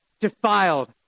defiled